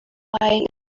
buying